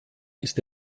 ist